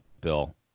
Bill